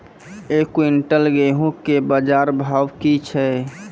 एक क्विंटल गेहूँ के बाजार भाव की छ?